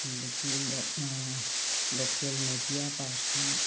ꯑꯗꯒꯤ local media person